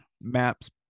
maps